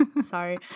Sorry